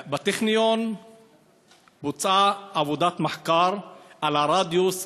בטכניון בוצעה עבודת מחקר על הרדיוס,